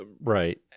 Right